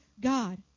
God